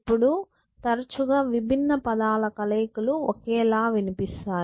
ఇప్పుడు తరచుగా విభిన్న పదాల కలయిక లు ఒకేలా వినిపిస్తాయి